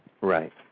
Right